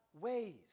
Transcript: ways